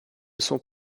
sont